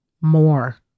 more